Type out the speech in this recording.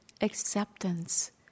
acceptance